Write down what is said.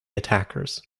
attackers